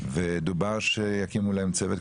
דובר על כך שיקימו להם צוות.